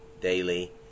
daily